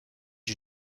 you